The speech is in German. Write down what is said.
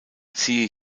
siehe